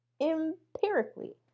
empirically